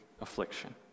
affliction